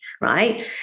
right